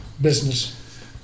business